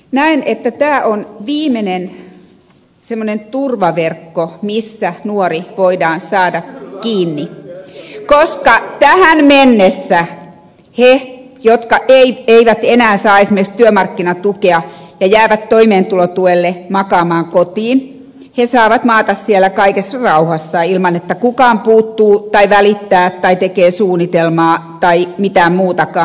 näen että tämä on viimeinen semmoinen turvaverkko missä nuori voidaan saada kiinni koska tähän mennessä he jotka eivät enää saa esimerkiksi työmarkkinatukea ja jäävät toimeentulotuelle makaamaan kotiin he saavat maata siellä kaikessa rauhassa ilman että kukaan puuttuu tai välittää tai tekee suunnitelmaa tai mitään muutakaan